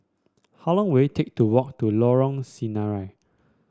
how long will it take to walk to Lorong Sinaran